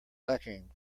lacking